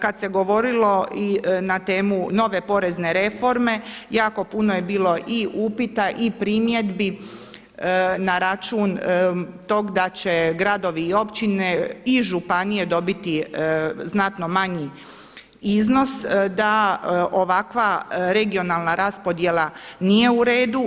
Kada se govorilo i na temu nove porezne reforme, jako puno je bilo i upita i primjedbi na račun tog da će gradovi i općine i županije dobiti znatno manji iznos, da ovakva regionalna raspodjela nije uredu.